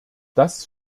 das